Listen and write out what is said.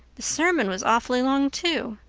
the sermon was awfully long, too.